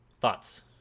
Thoughts